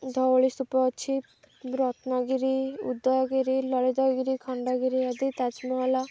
ଧଉଳି ସ୍ତୁପ ଅଛି ରତ୍ନଗିରି ଉଦୟଗିରି ଲଳିତଗିରି ଖଣ୍ଡଗିରି ଆଦି ତାଜମହଲ